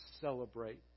celebrate